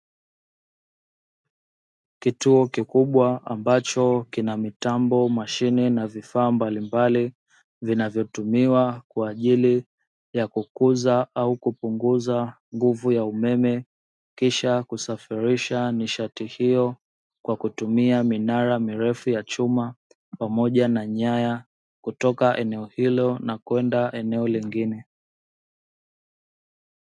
Kitu kikubwa ambacho kina mitambo, mashine na vifaa mbalimbali. Vinavotumiwa kwa ajili ya kukuza au kupunguza nguvu ya umeme, kisha kusafirisha nishati kwa kutumia minara mirefu ya chuma pamoja na nyaya kutoka eneo hilo na kwenda eneo lingine.